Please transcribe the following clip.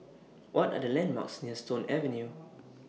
What Are The landmarks near Stone Avenue